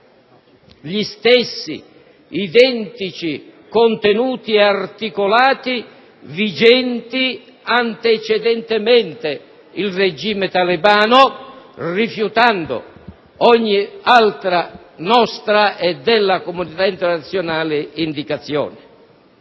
gli stessi identici contenuti e articolati vigenti antecedentemente al regime talebano, rifiutando ogni altra (nostra e della comunità internazionale) indicazione.